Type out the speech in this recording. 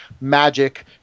magic